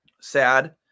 sad